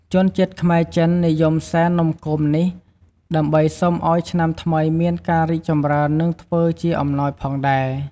ជនជាតិខ្មែរ-ចិននិយមសែននំគមនេះ ដើម្បីសុំឱ្យឆ្នាំថ្មីមានការរីកចម្រើននិងធ្វើជាអំណោយផងដែរ។